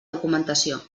documentació